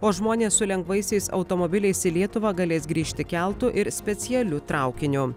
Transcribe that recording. o žmonės su lengvaisiais automobiliais į lietuvą galės grįžti keltu ir specialiu traukiniu